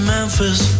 Memphis